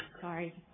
Sorry